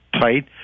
tight